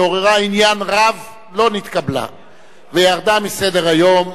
שעוררה עניין רב, לא נתקבלה וירדה מסדר-היום.